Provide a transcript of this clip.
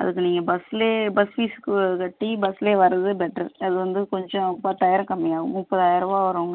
அதுக்கு நீங்கள் பஸ்லே பஸ் ஃபீஸ்க்கு கட்டி பஸ்லே வரது பெட்டர் அது வந்து கொஞ்சம் பத்தாயிரம் கம்மியாவும் முப்பதாயர ரூபா வருங்க